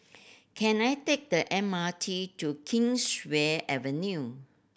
can I take the M R T to Kingswear Avenue